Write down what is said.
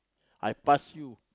I pass you